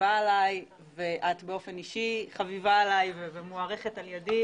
שחביבה עלי ואת באופן אישי חביבה עלי ומוערכת על ידי.